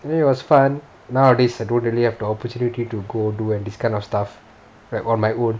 and then it was fun nowadays I don't really have the opportunity to go do like this kind of stuff like on my own